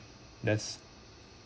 that's